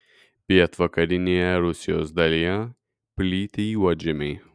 pietvakarinėje rusijos dalyje plyti juodžemiai